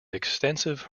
extensive